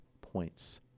points